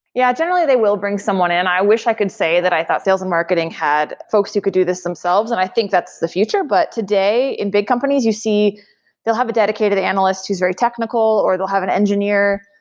yeah. generally, they will bring someone in. i wish i could say that i thought sales and marketing had folks you could do this themselves and i think that's the future. but today in big companies, you see they'll have a dedicated analyst who's very technical, or they'll have an engineer.